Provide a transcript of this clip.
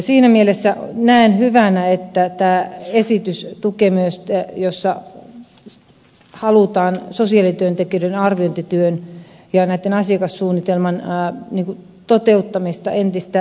siinä mielessä näen hyvänä että tässä esityksessä halutaan sosiaalityöntekijöiden arviointityötä ja asiakassuunnitelman toteuttamista entistä suunnitelmallisemmaksi